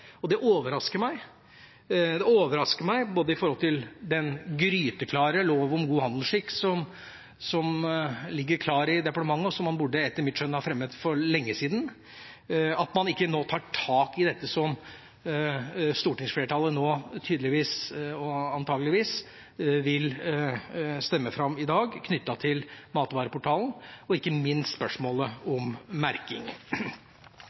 og det overrasker meg. Det overrasker meg når det gjelder den gryteklare lov om god handelsskikk som ligger klar i departementet, og som man etter mitt skjønn burde ha fremmet for lenge siden, at man ikke nå tar tak i dette som stortingsflertallet nå tydeligvis, og antageligvis, vil stemme fram i dag knyttet til dagligvareportalen og ikke minst spørsmålet om merking. Jeg vil bare si aller først når det gjelder spørsmålet om merking,